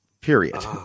period